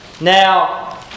Now